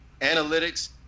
analytics